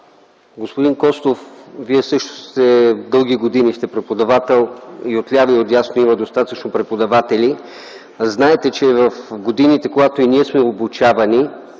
Господин Костов, Вие също сте дълги години преподавател. И отляво, и отдясно има достатъчно преподаватели. Знаете, че в годините, когато сме обучавани,